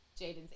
Jaden's